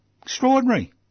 Extraordinary